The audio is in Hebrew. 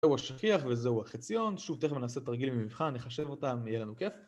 זהו השכיח וזהו החציון, שוב תכף נעשה תרגילים ממבחן, נחשב אותם, יהיה לנו כיף